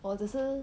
我只是